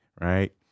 right